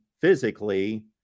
physically